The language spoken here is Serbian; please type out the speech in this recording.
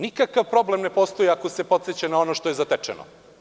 Nikakav problem ne postoji ako se podseća na ono što je zatečeno.